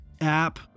app